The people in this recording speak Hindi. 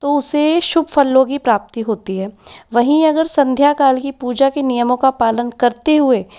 तो उसे शुभ फलों की प्राप्ति होती है वहीं अगर संध्याकाल की पूजा की नियमों का पालन करते हुए